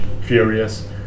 furious